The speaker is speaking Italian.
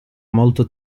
molto